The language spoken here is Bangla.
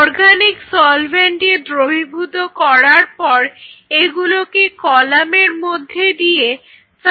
অর্গানিক সলভেন্টে দ্রবীভূত করার পর এগুলোকে কলামের মধ্যে দিয়ে চালনা করতে হবে